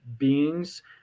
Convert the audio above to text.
Beings